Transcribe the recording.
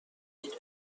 بگیره